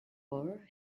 war